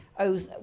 oh,